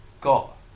got